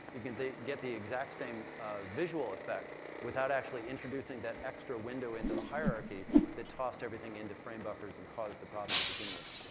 you can get the exact same visual effect without actually introducing that extra window into the hierarchy that tossed everything into frame buffers and caused the problem to begin with.